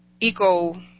eco-